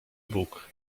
bóg